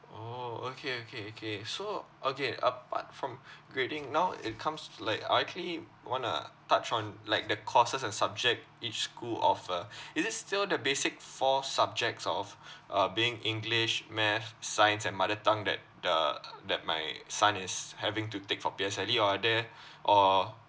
orh okay okay okay so okay apart from grading now it comes to like I actually want to touch on like the courses and subject each school offer is it still the basic four subjects of uh being english math science and mother tongue that the that my son is having to take for P_S_L_E or are there or